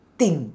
thing